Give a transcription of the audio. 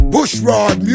Bushrod